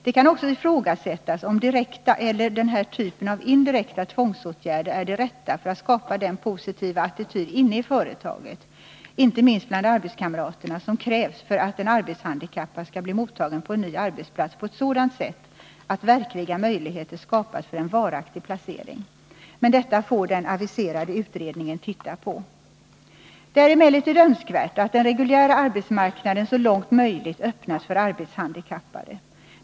Det kan också ifrågasättas om direkta eller den här typen av indirekta tvångsåtgärder är de rätta för att skapa den positiva attityd inne i företaget, inte minst bland arbetskamraterna, som krävs för att en arbetshandikappad skall bli mottagen på en ny arbetsplats på ett sådant sätt att verkliga möjligheter skapas för en varaktig placering. Men detta får den aviserade utredningen titta på. Det är emellertid önskvärt att den reguljära arbetsmarknaden så långt möjligt öppnas för arbetshandikappade.